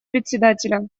председателя